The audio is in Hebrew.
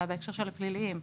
אלא בהקשר של הפליליים,